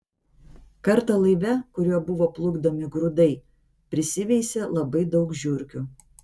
kartą laive kuriuo buvo plukdomi grūdai prisiveisė labai daug žiurkių